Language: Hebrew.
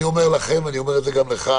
אני אומר לכם, אני אומר את זה גם לך,